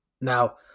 now